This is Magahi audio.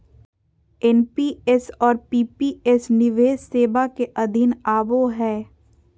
एन.पी.एस और पी.पी.एस निवेश सेवा के अधीन आवो हय